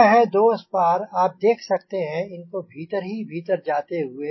यह हैं दो स्पार आप देख सकते हैं इनको भीतर ही भीतर जाते हुए